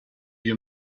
you